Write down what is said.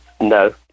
No